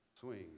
swing